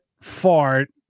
fart